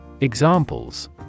Examples